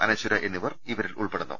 അനശ്വര എന്നിവർ ഇവരിൽ ഉൾപ്പെടുന്നു